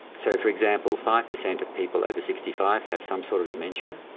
so for example five percent of people over sixty five have some sort of dementia,